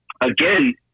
again